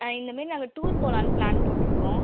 இந்தமாரி நாங்கள் டூர் போகலானு ப்ளான் போட்டிருக்கோம்